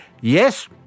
Yes